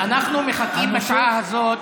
אנחנו מחכים בשעה הזאת